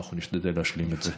ואנחנו נשתדל להשלים את זה.